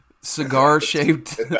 cigar-shaped